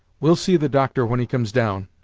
we'll see the doctor when he comes down.